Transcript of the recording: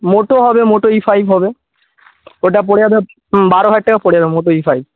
মোটো হবে Moto E five হবে ওটা পরে যাবে বারো হাজার টাকা পরে যাবে মোটো ই ফাইভ